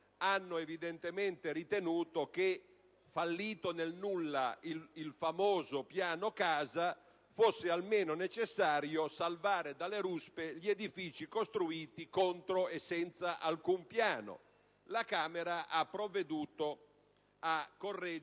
hanno evidentemente ritenuto che, fallito nel nulla il noto piano casa, fosse almeno necessario salvare dalle ruspe gli edifici costruiti contro e senza alcun piano. La Camera ha provveduto a correggere